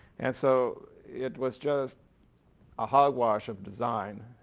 and so it was just a hogwash of design.